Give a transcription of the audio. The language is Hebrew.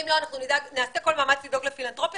אם לא, אנחנו נעשה כל מאמץ לדאוג לפילנתרופיה.